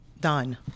done